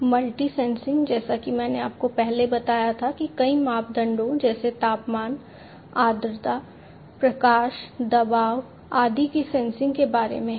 multi sensing जैसा कि मैंने आपको पहले बताया था कि कई मापदंडों जैसे तापमान आर्द्रता प्रकाश दबाव आदि की सेंसिंग के बारे में है